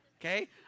okay